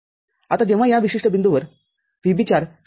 आता जेव्हा या विशिष्ट बिंदूवर VB4 0